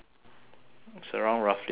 it's around roughly the same lah